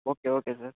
okay okay sir